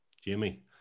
Jimmy